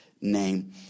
name